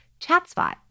ChatSpot